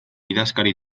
idazkari